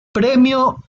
premio